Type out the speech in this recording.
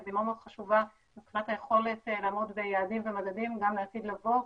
והיא מאוד מאוד חשובה מבחינת היכולת לעמוד ביעדים ומדדים גם לעתיד לבוא,